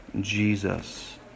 Jesus